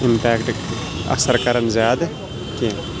impact اَثر کَران زیادٕ کینٛہہ